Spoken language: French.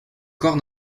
corps